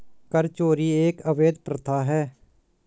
कर चोरी एक अवैध प्रथा है